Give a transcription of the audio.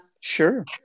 Sure